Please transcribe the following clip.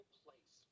place